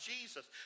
Jesus